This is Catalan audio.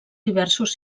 diversos